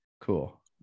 cool